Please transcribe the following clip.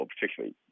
particularly